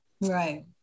right